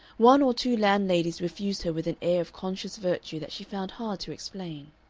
one or two landladies refused her with an air of conscious virtue that she found hard to explain.